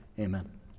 Amen